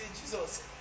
jesus